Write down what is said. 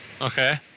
Okay